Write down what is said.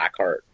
Blackheart